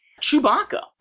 Chewbacca